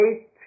eight